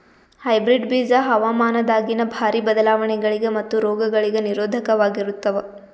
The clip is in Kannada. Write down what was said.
ಹೈಬ್ರಿಡ್ ಬೀಜ ಹವಾಮಾನದಾಗಿನ ಭಾರಿ ಬದಲಾವಣೆಗಳಿಗ ಮತ್ತು ರೋಗಗಳಿಗ ನಿರೋಧಕವಾಗಿರುತ್ತವ